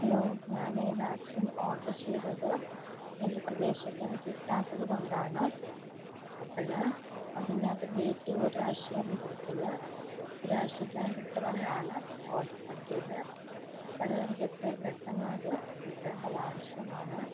hello ഞാനീ vaccine order ചെയ്തത് എൻ്റെ പ്രദേശത്തത് കിട്ടാത്തതുകൊണ്ടാണ് അപ്പോള് അതിനകത്ത് ഡെയ്റ്റ് ഒരാഴ്ചയായിരുന്നു കൊടുത്തത് ഒരാഴ്ചയ്ക്കകം കിട്ടുമെന്നാണ് ഒ കിട്ടിയത് അപ്പോള് എനിക്കെത്രയും പെട്ടെന്നത് കിട്ടേണ്ടതാവശ്യമാണ്